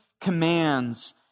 commands